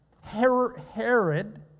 Herod